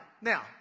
Now